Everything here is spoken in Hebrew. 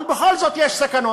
אבל בכל זאת יש סכנות,